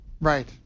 Right